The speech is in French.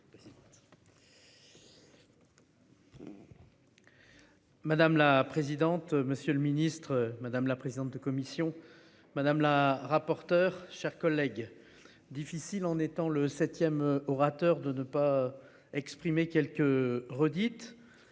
Madame la présidente, monsieur le ministre, madame la présidente de commission madame la rapporteure, chers collègues. Difficile, en étant le 7ème orateurs de ne pas exprimer quelques redites.